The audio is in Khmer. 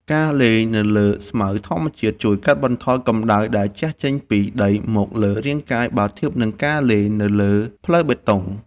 ការលេងនៅលើស្មៅធម្មជាតិជួយកាត់បន្ថយកម្តៅដែលជះចេញពីដីមកលើរាងកាយបើធៀបនឹងការលេងនៅលើផ្លូវបេតុង។